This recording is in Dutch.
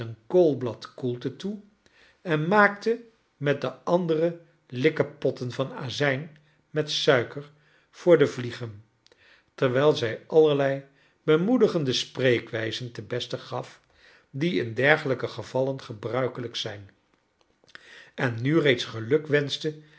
en maakte met de andere likkepotten van azijn met suiker voor de vliegen terwijl zij allerlei bemoedigende spreekwijzen ten beste gar die in dergelijke gevallen gebruikelijk zijn en nu reeds geluk wenschte